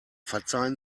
verzeihen